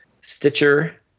Stitcher